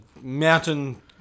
mountain